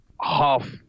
half